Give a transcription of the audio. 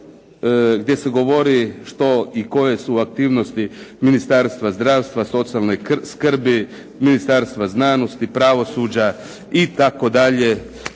gdje se govori što i koje su aktivnosti Ministarstva zdravstva, socijalne skrbi, Ministarstva znanosti, pravosuđa itd. gdje